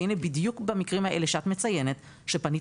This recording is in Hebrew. והנה בדיוק במקרים האלה שאת מציינת שפנית